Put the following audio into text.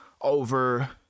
over